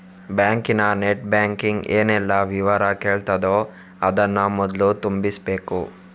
ಬ್ಯಾಂಕಿನ net banking ಏನೆಲ್ಲ ವಿವರ ಕೇಳ್ತದೋ ಅದನ್ನ ಮೊದ್ಲು ತುಂಬಿಸ್ಬೇಕು